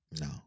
No